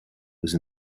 was